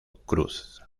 cruz